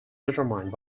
determined